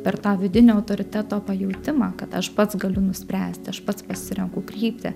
per tą vidinio autoriteto pajautimą kad aš pats galiu nuspręsti aš pats pasirenku kryptį